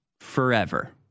forever